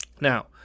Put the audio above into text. Now